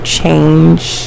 change